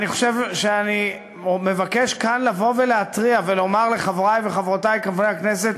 אני מבקש כאן לבוא ולהתריע ולומר לחברי ולחברותי חברי הכנסת: